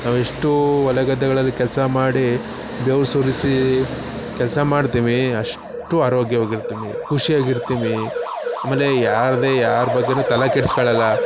ನಾವೆಷ್ಟೂ ಹೊಲ ಗದ್ದೆಗಳಲ್ಲಿ ಕೆಲಸ ಮಾಡಿ ಬೆವ್ರು ಸುರಿಸಿ ಕೆಲಸ ಮಾಡ್ತೀವಿ ಅಷ್ಟೂ ಆರೋಗ್ಯವಾಗಿ ಇರ್ತೀವಿ ಖುಷಿಯಾಗಿ ಇರ್ತೀವಿ ಆಮೇಲೆ ಯಾರದ್ದೇ ಯಾರು ಬಗ್ಗೇಯೂ ತಲೆ ಕೆಡಿಸ್ಕೊಳಲ್ಲ